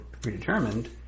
predetermined